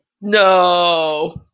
No